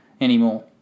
anymore